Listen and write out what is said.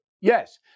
Yes